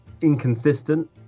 inconsistent